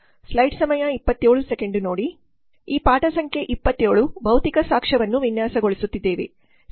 ಈ ಪಾಠ ಸಂಖ್ಯೆ 27 ಭೌತಿಕ ಸಾಕ್ಷ್ಯವನ್ನು ವಿನ್ಯಾಸಗೊಳಿಸುತ್ತಿದ್ದೇವೆ